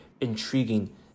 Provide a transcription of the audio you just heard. intriguing